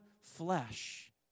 flesh